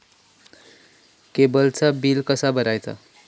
केबलचा बिल कसा भरायचा?